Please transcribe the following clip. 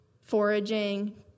foraging